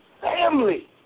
family